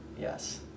Yes